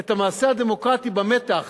את המעשה הדמוקרטי במתח